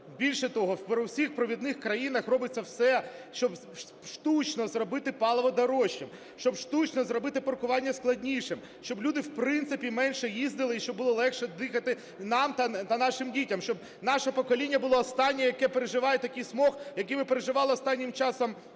більше того, в усіх провідних країнах робиться все, щоб штучно зробити паливо дорожчим, щоб штучно зробити паркування складнішим, щоб люди, в принципі, менше їздили і щоб було легше дихати нам та нашим дітям, щоб наше покоління було останнє, яке переживає такий смог, який ми переживали останнім часом